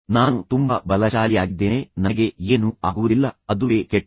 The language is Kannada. ನಾನು ತುಂಬಾ ಬಲಶಾಲಿಯಾಗಿದ್ದೇನೆ ನನಗೆ ಏನೂ ಆಗುವುದಿಲ್ಲ ಅದುವೇ ಕೆಟ್ಟದು